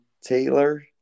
Taylor